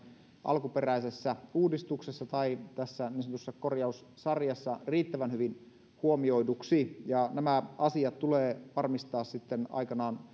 alkuperäisessä uudistuksessa tai tässä niin sanotussa korjaussarjassa riittävän hyvin huomioiduiksi ja nämä asiat tulee varmistaa sitten aikanaan